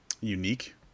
unique